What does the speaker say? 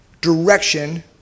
direction